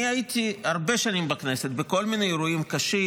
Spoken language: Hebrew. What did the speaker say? אני הייתי בכנסת הרבה שנים בכל מיני אירועים קשים,